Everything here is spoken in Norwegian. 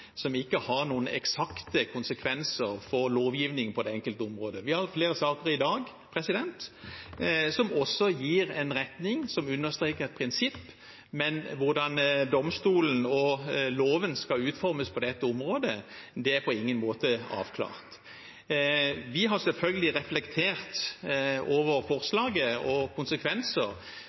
som ikke har noen eksakte konsekvenser for lovgivningen på det enkelte område. Vi har flere saker i dag som også gir en retning, som understreker et prinsipp, men hvordan domstolen og loven skal utformes på det området, er på ingen måte avklart. Vi har selvfølgelig reflektert over forslaget og konsekvenser,